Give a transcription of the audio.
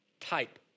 type